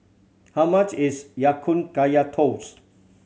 how much is Ya Kun Kaya Toast